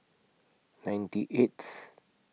ninety eighth